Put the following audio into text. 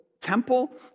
temple